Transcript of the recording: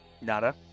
Nada